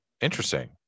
Interesting